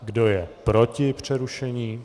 Kdo je proti přerušení?